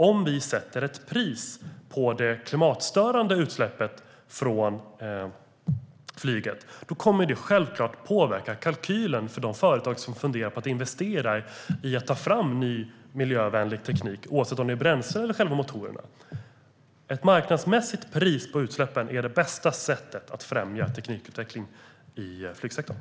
Om vi sätter ett pris på det klimatstörande utsläppet från flyget kommer det självklart att påverka kalkylen för de företag som funderar på att investera i att ta fram ny miljövänlig teknik, oavsett om det är bränslen eller själva motorerna. Att sätta ett marknadsmässigt pris på utsläppen är det bästa sättet att främja teknikutveckling i flygsektorn.